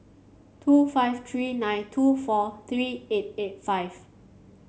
two five three nine two four three eight eight five